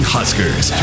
Huskers